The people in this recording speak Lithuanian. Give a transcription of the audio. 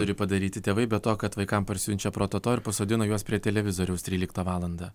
turi padaryti tėvai be to kad vaikam parsiunčia prototo ir pasodina juos prie televizoriaus tryliktą valandą